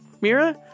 Mira